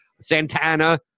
Santana